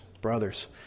Brothers